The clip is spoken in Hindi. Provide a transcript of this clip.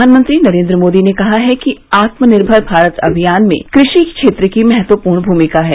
प्रधानमंत्री नरेन्द्र मोदी ने कहा है कि आत्मनिर्भर भारत अभियान में कृषि क्षेत्र की महत्वपूर्ण भूमिका है